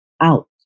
out